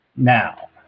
Now